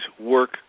work